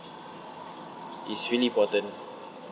is really important